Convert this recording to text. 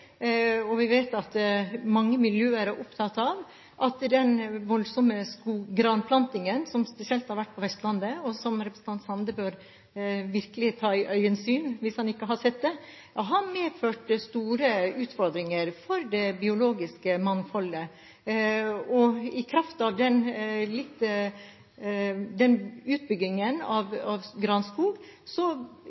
vært på Vestlandet, og som representanten Sande virkelig bør ta i øyesyn hvis han ikke har sett det, har medført store utfordringer for det biologiske mangfoldet. I kraft av